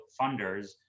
funders